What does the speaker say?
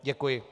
Děkuji.